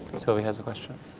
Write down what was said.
sylvie has a question.